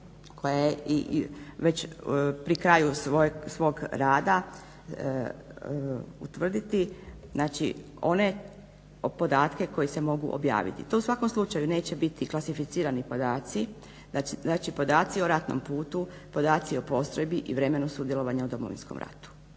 koja je već pri kraju svog rada utvrditi one podatke koji se mogu objaviti. To u svakom slučaju neće biti klasificirani podaci, znači podaci o ratnom putu, podaci o postrojbi i vremenu sudjelovanja u Domovinskom ratu.